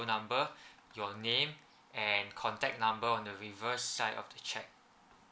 number your name and contact number on the reversed side of the cheque